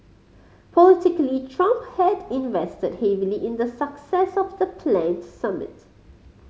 politically Trump had invested heavily in the success of the planned summit